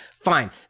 Fine